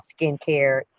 skincare